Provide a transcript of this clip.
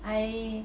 I